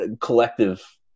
collective